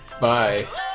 Bye